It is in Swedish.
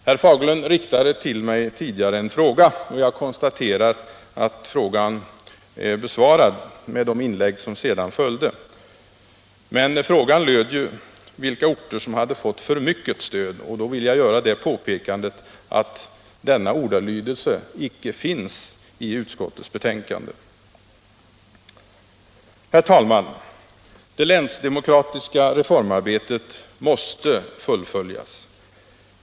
Herr Fagerlund riktade tidigare en fråga till mig, och jag konstaterar att frågan är besvarad med de inlägg som sedan följde. Frågan gällde vilka orter som hade fått för mycket stöd, och jag vill göra det påpekandet att den ordalydelsen inte finns i utskottets betänkande. Herr talman! Det länsdemokratiska reformarbetet måste fullföljas.